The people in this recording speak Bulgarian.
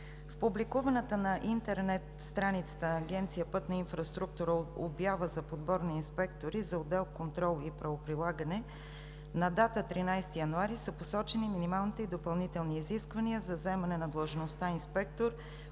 В публикуваната на интернет страницата на Агенция „Пътна инфраструктура“ обява за подбор на инспектори за отдел „Контрол и правоприлагане“ на дата 13 януари са посочени минималните и допълнителни изисквания за заемане на длъжността „инспектор“,